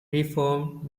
reform